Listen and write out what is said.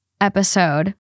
episode